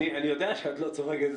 אני יודע שאת לא צוחקת.